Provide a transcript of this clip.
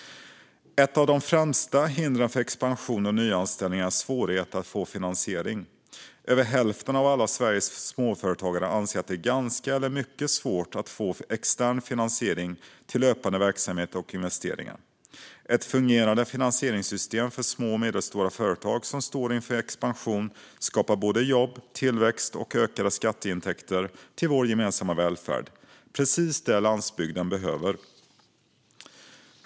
Ett av de främsta hindren för expansion och nyanställning är svårigheten att få finansiering. Över hälften av alla Sveriges småföretagare anser att det är ganska eller mycket svårt att få extern finansiering till löpande verksamhet och investeringar. Ett fungerande finansieringssystem för små och medelstora företag som står inför en expansion skapar både jobb, tillväxt och ökade intäkter till vår gemensamma välfärd. Det är precis det som landsbygden behöver.